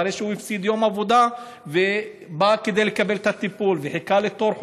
אחרי שהוא הפסיד יום עבודה ובא לקבל את הטיפול וחיכה בתור,